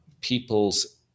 people's